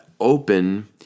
open